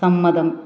സമ്മതം